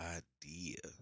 idea